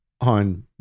on